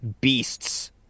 beasts